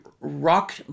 rock